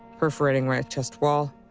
perforating right chest wall,